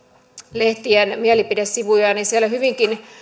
lehtien mielipidesivuja niin siellä hyvinkin